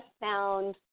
found